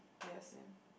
ya same